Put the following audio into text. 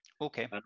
okay